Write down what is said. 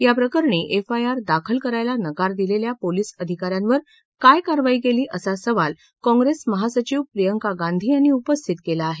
याप्रकरणी एफआयआर दाखल करायला नकार दिलेल्या पोलीसअधिका यांवर काय कारवाई केली असा सवाल काँग्रेस महासचिव प्रियंका गांधी यांनी उपस्थित केला आहे